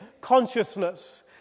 consciousness